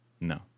No